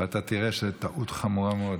ואתה תראה שזו טעות חמורה מאוד.